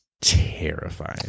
terrifying